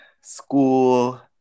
school